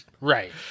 Right